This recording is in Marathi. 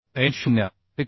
M 0 1